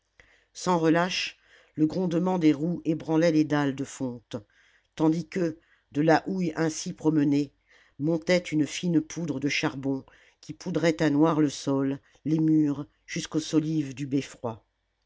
sans relâche le grondement des roues ébranlait les dalles de fonte tandis que de la houille ainsi promenée montait une fine poudre de charbon qui poudrait à noir le sol les murs jusqu'aux solives du beffroi